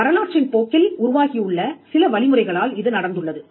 வரலாற்றின் போக்கில் உருவாகியுள்ள சில வழிமுறைகளால் இது நடந்துள்ளது